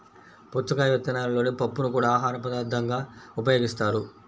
పుచ్చకాయ విత్తనాలలోని పప్పుని కూడా ఆహారపదార్థంగా ఉపయోగిస్తారు